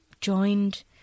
joined